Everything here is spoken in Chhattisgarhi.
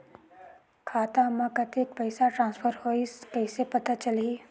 खाता म कतेक पइसा ट्रांसफर होईस कइसे पता चलही?